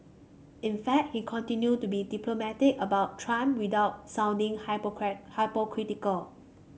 in fact he continued to be diplomatic about trump without sounding hypocritical